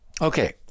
Okay